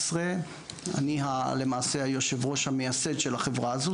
אני למעשה יושב הראש המייסד של החברה הזאת.